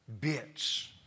Bits